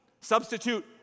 substitute